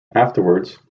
afterwards